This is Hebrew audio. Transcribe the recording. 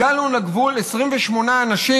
הגענו לגבול 28 אנשים.